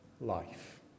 life